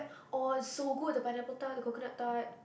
!aww! so good the pineapple tart the coconut tart